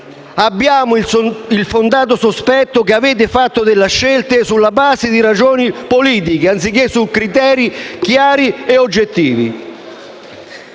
Abbiamo il fondato sospetto che avete fatto delle scelte sulla base di ragioni politiche, anziché su criteri chiari e oggettivi.